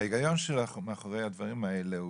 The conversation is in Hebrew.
ההיגיון שעומד מאחורי הדברים האלה,